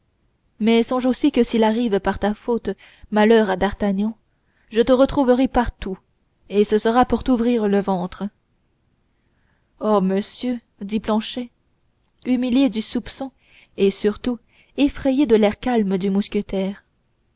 mais songe aussi que s'il arrive par ta faute malheur à d'artagnan je te retrouverai partout et ce sera pour t'ouvrir le ventre oh monsieur dit planchet humilié du soupçon et surtout effrayé de l'air calme du mousquetaire